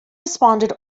responded